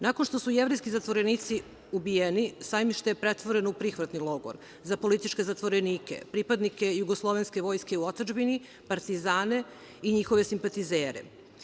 Nakon što su jevrejski zatvorenici ubijeni, Sajmište je pretvoreno u prihvatni logor za političke zatvorenike, pripadnike jugoslovenske vojske u otadžbini, partizane i njihove simpatizere.